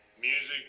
Music